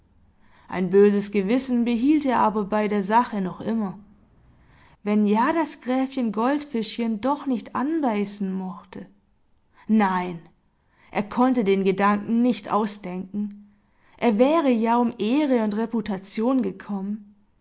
ein böses gewissen behielt er aber bei der sache noch immer wenn ja das gräfchen goldfischchen doch nicht anbeißen mochte nein er konnte den gedanken nicht ausdenken er wäre ja um ehre und reputation gekommen